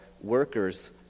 workers